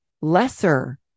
lesser